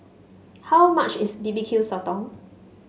how much is B B Q Sotong